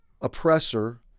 oppressor